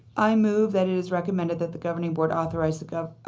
i move that it is recommended that the governing board authorize to